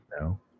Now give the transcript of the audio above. No